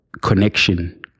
connection